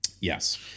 Yes